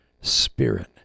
spirit